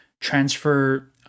transfer